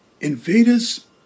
Invaders